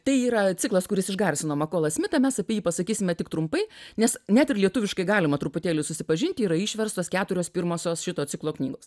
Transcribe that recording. tai yra ciklas kuris išgarsino makolą smitą mes apie jį pasakysime tik trumpai nes net ir lietuviškai galima truputėlį susipažinti yra išverstos keturios pirmosios šito ciklo knygos